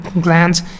glands